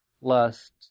lust